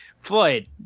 Floyd